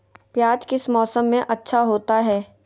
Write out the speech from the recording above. प्याज किस मौसम में अच्छा होता है?